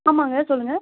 ஆமாங்க சொல்லுங்கள்